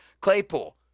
Claypool